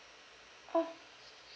!ow!